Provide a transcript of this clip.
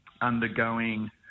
undergoing